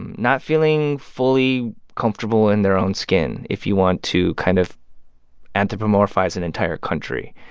and not feeling fully comfortable in their own skin, if you want to kind of anthropomorphize an entire country.